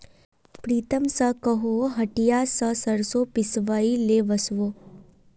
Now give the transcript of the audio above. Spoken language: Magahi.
प्रीतम स कोहो हटिया स सरसों पिसवइ ले वस बो